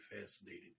fascinating